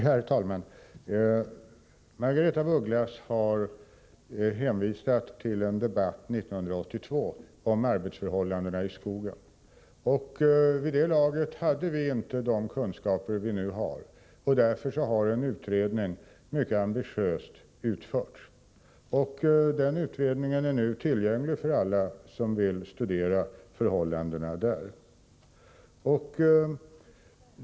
Herr talman! Margaretha af Ugglas har hänvisat till en debatt 1982 om arbetsförhållandena i skogen. Vid det laget hade vi inte de kunskaper vi nu har, och därför har en utredning utförts — mycket ambitiöst. Den utredningen är nu tillgänglig för alla som vill studera förhållandena.